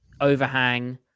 overhang